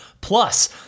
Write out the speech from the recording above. Plus